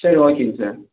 சரி ஓகேங்க சார்